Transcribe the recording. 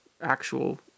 actual